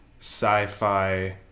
sci-fi